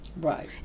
Right